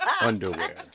underwear